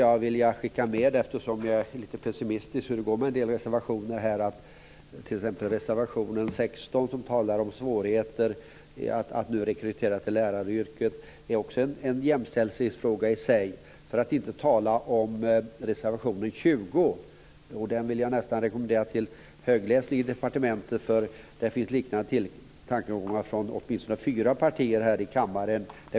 Jag är lite pessimistisk när det gäller hur det går med en del reservationer, t.ex. reservation 16 som talar om svårigheter att rekrytera till läraryrket. Det är också en jämställdhetsfråga i sig, för att inte tala om reservation 20. Den vill jag nästan rekommendera till högläsning i departementet. Där finns liknande tankegånger från åtminstone fyra partier här i kammaren.